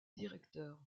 directeur